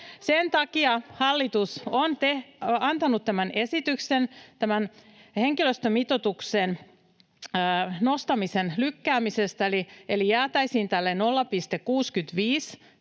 Sen takia hallitus on antanut tämän esityksen henkilöstömitoituksen nostamisen lykkäämisestä, eli jäätäisiin tälle